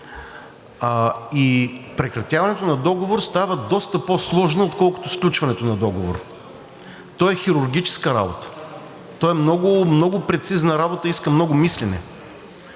Прекратяването на договор става доста по-сложно, отколкото сключването на договор, то е хирургическа работа, то е много прецизна работа, иска много мислене.